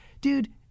dude